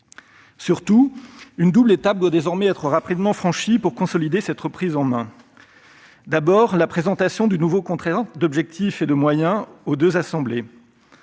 Surtout, une double étape doit désormais être rapidement franchie pour consolider cette reprise en main, en commençant par la présentation du nouveau contrat d'objectifs et de moyens aux deux assemblées-